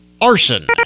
arson